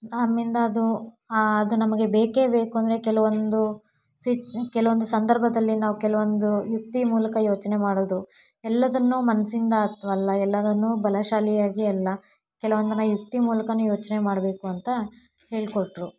ನಮ್ಮಿಂದ ಅದು ಅದು ನಮಗೆ ಬೇಕೇ ಬೇಕು ಅಂದರೆ ಕೆಲವೊಂದು ಸಿ ಕೆಲವೊಂದು ಸಂದರ್ಭದಲ್ಲಿ ನಾವು ಕೆಲವೊಂದು ಯುಕ್ತಿ ಮೂಲಕ ಯೋಚನೆ ಮಾಡೋದು ಎಲ್ಲದನ್ನೂ ಮನಸ್ಸಿಂದ ಅಥ್ವಾ ಅಲ್ಲ ಎಲ್ಲದನ್ನೂ ಬಲಶಾಲಿಯಾಗಿ ಅಲ್ಲ ಕೆಲವೊಂದನ್ನು ಯುಕ್ತಿ ಮೂಲಕನೂ ಯೋಚನೆ ಮಾಡಬೇಕು ಅಂತ ಹೇಳಿಕೊಟ್ರು